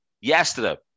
Yesterday